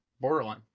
borderline